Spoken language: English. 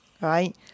Right